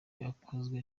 yakozwe